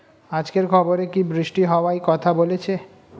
আজকের খবরে কি বৃষ্টি হওয়ায় কথা বলেছে?